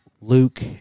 Luke